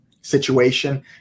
situation